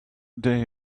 day